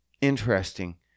Interesting